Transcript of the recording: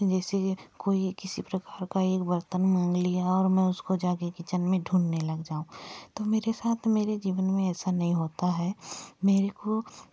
जैसे कोई किसी प्रकार एक बर्तन मांग लिया और मैं उसको जाके किचेन में ढ़ूँढने लग जाऊँ तो मेरे साथ मेरे जीवन में ऐसा नई होता है मेरे को